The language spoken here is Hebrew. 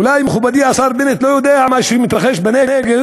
אולי מכובדי השר בנט לא יודע מה שמתרחש בנגב,